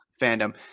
fandom